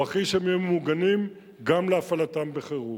הוא אחראי שהם יהיו ממוגנים גם להפעלתם בחירום,